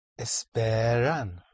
esperan